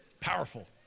powerful